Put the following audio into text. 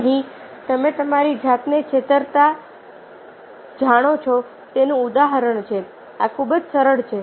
અહીં તમે તમારી જાતને છેતરતા જાણો છો તેનું ઉદાહરણ છે આ ખૂબ જ સરળ છે